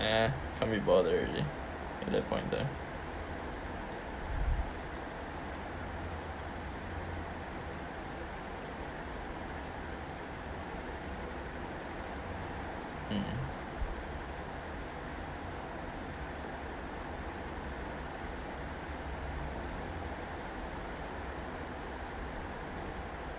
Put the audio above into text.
nah can't be bothered already at that point of time mm